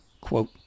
quote